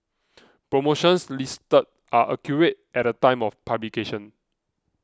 promotions listed are accurate at the time of publication